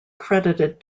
credited